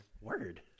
Word